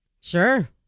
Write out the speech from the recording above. Sure